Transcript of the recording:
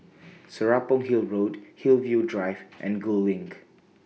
Serapong Hill Road Hillview Drive and Gul LINK